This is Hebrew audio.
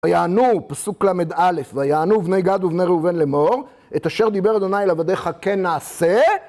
ויענו, פסוק למד א', ויענו בני גד ובני ראובן לאמור, את אשר דיבר ה' אל עבדיך כן נעשה